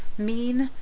mean,